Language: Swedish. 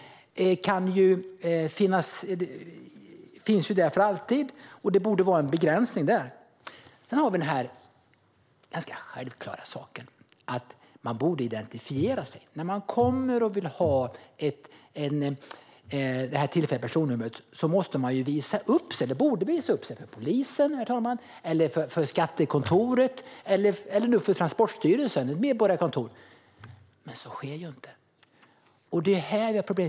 Våra samordningsnummer gäller för alltid. Det borde finnas en begränsning där. Sedan har vi den ganska självklara saken att man borde identifiera sig när man vill ha ett tillfälligt personnummer. Man borde visa upp sig för polisen, Skattekontoret eller Transportstyrelsen, kanske vid ett medborgarkontor, herr talman, men så sker inte. Det är här problemet finns.